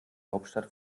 hauptstadt